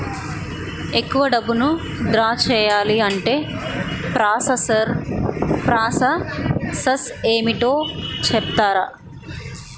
ఎక్కువ డబ్బును ద్రా చేయాలి అంటే ప్రాస సస్ ఏమిటో చెప్తారా?